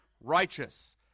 righteous